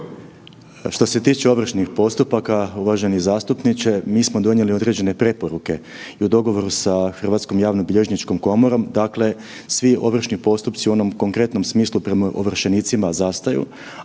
(HDSSB)** … obročnih postupaka uvaženi zastupniče, mi smo donijeli određene preporuke i u dogovoru sa Hrvatskom javnobilježničkom komorom dakle svi ovršni postupci u onom konkretnom smislu prema ovršenicima zastaju,